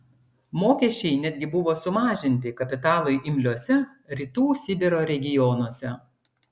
mokesčiai netgi buvo sumažinti kapitalui imliuose rytų sibiro regionuose